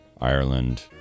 Ireland